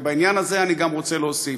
בעניין הזה אני גם רוצה להוסיף,